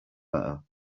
better